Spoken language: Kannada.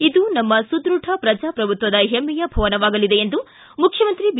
ಇದು ನಮ್ಮ ಸುದೃಢ ಪ್ರಜಾಪ್ರಭುತ್ವದ ಹೆಮ್ಮೆಯ ಭವನವಾಗಲಿದೆ ಎಂದು ಮುಖ್ಯಮಂತ್ರಿ ಬಿ